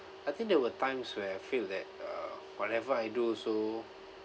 I think there were times where I feel that uh whatever I do also